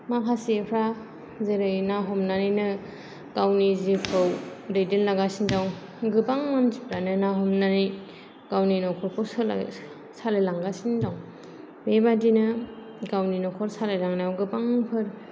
माखासेफ्रा जेरै ना हमनानैनो गावनि जिउखौ दैदेनलांगासिनो दं गोबां मानसिफोरानो ना हमनानै गावनि नखरखौ सोलाय सालायलांगासिनो दं बेबादिनो गावनि नखर सालायलांनायाव गोबांफोर